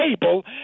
table